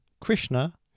Krishna